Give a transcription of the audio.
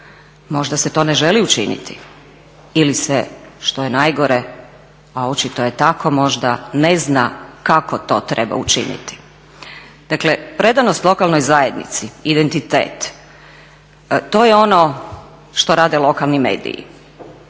možda se to ne želi učiniti ili se, što je najgore, a očito je tako, možda ne zna kako to treba učiniti. Dakle, predanost lokalnoj zajednici, identitet, to je ono što rade lokalni mediji.